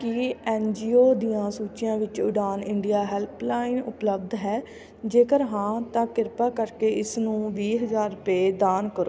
ਕੀ N G O ਦੀਆਂ ਸੂਚੀਆਂ ਵਿੱਚ ਉਡਾਨ ਇੰਡੀਆ ਹੈਲਪਲਾਈਨ ਉਪਲੱਬਧ ਹੈ ਜੇਕਰ ਹਾਂ ਤਾਂ ਕਿਰਪਾ ਕਰਕੇ ਇਸ ਨੂੰ ਵੀਹ ਹਜ਼ਾਰ ਰੁਪਏ ਦਾਨ ਕਰੋ